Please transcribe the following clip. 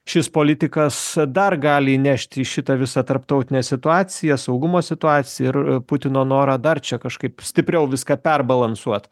šis politikas dar gali įnešti į šitą visą tarptautinę situaciją saugumo situaciją ir putino norą dar čia kažkaip stipriau viską perbalansuot